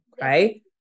right